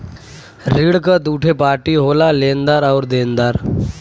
ऋण क दूठे पार्टी होला लेनदार आउर देनदार